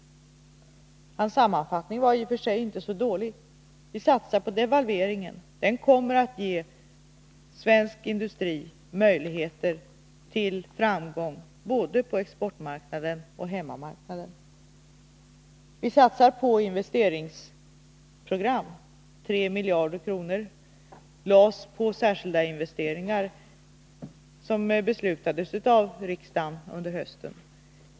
Men hans sammanfattning var i och för sig inte så dålig. Vi satsar på devalveringen. Den kommer att ge svensk industri möjligheter till framgång både på exportmarknaden och på hemmamarknaden. Vi satsar på investeringsprogram. Tre miljarder lades ned på särskilda investeringar som beslutades av riksdagen under hösten.